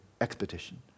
expedition